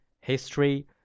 history